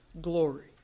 glory